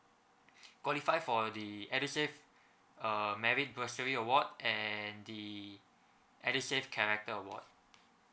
qualify for the edusave uh merit bursary award and the edusave character award